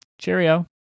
Cheerio